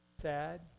sad